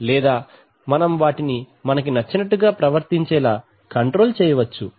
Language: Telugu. లేదా మనం వాటిని మనకి నచ్చినట్టుగా ప్రవర్తించేలా కంట్రోల్ చేయవచ్చు